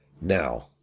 Now